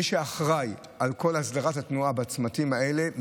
מי שאחראי לכל הסדרת התנועה בצמתים האלה,